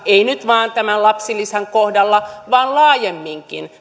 ei nyt vain tämän lapsilisän kohdalla vaan laajemminkin